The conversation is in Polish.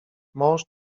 mąż